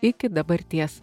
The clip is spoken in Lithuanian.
iki dabarties